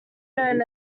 known